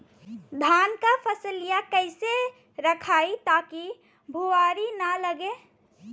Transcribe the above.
धान क फसलिया कईसे रखाई ताकि भुवरी न लगे?